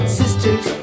sisters